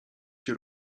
się